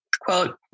quote